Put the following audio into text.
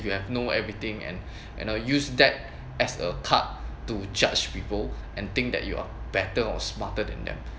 you have know everything and and use that as a tart to judge people and think that you are better or smarter than them